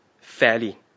fairly